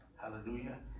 hallelujah